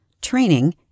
training